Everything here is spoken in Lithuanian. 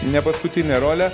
nepaskutinę rolę